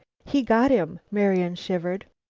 he got him! marian shivered.